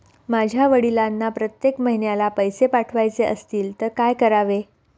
माझ्या वडिलांना प्रत्येक महिन्याला पैसे पाठवायचे असतील तर काय करावे?